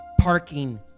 parking